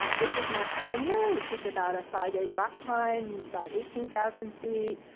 ah this is mount kenya, which is about a five eight rock climb, about eighteen thousand feet.